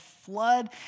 flood